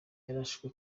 yarashwe